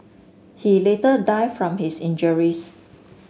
he later die from his injuries